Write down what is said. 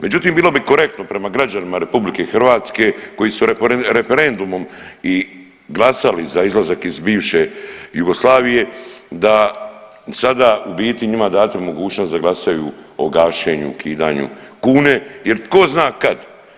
Međutim, bilo bi korektno prema građanima RH koji su referendumom i glasali za izlazak iz bivše Jugoslavije da sada u biti njima date mogućnost da glasaju o gašenju, ukidanju kune jer tko zna kad.